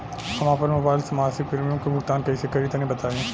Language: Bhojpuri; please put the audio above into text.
हम आपन मोबाइल से मासिक प्रीमियम के भुगतान कइसे करि तनि बताई?